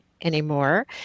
anymore